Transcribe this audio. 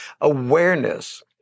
awareness